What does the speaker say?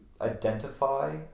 identify